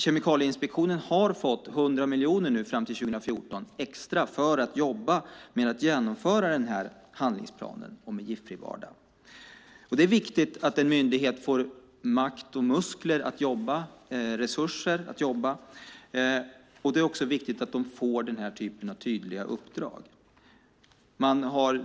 Kemikalieinspektionen har fått 100 miljoner extra fram till 2014 för att genomföra den här handlingsplanen för en giftfri vardag. Det är viktigt att en myndighet får makt, muskler och resurser att jobba. Det är också viktigt att de får den här typen av tydliga uppdrag.